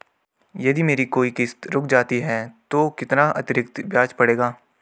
यदि मेरी कोई किश्त रुक जाती है तो कितना अतरिक्त ब्याज पड़ेगा?